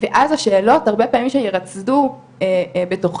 ואז השאלות הרבה פעמים שירצדו בתוכה,